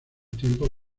tiempo